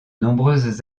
nombreuses